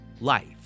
life